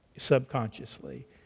subconsciously